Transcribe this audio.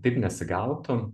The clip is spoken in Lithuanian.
taip nesigautų